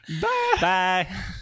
Bye